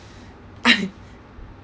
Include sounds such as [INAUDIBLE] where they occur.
[COUGHS]